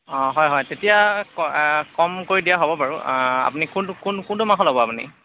অঁ হয় হয় তেতিয়া কমকৈ দিয়া হ'ব বাৰু আপুনি কোনটো কোনটো মাংস ল'ব আপুনি